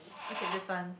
okay this one